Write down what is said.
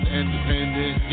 independent